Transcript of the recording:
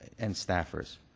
and staffers.